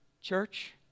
Church